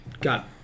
got